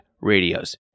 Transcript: radios